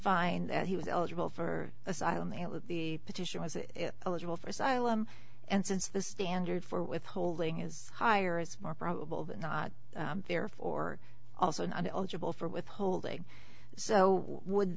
find out he was eligible for asylum that was the petition was eligible for asylum and since the standard for withholding is higher it's more probable than not therefore also not eligible for withholding so would